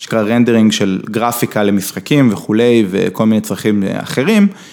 שנקרא רנדרינג של גרפיקה למשחקים וכולי וכל מיני צרכים אחרים.